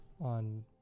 on